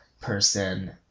person